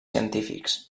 científics